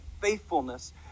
faithfulness